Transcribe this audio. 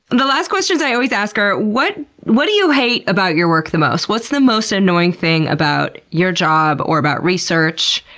the last questions i always ask are what what do you hate about your work the most? what's the most annoying thing about your job, or about research?